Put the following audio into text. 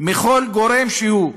מכל גורם שהוא,